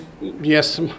yes